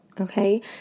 Okay